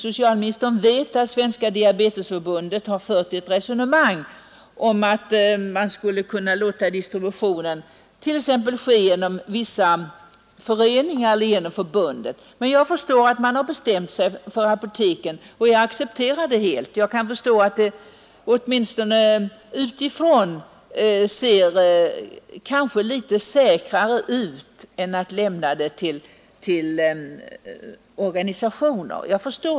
Socialministern vet att Svenska diabetesförbundet har fört ett resonemang om att man skulle kunna låta distributionen ske genom vissa föreningar eller genom förbundet, men jag förstår att man har bestämt sig för apoteken, och jag accepterar det helt. Jag kan förstå, att det åtminstone utifrån ser litet säkrare ut än att överlämna uppgiften åt organisationer.